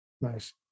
Nice